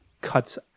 cuts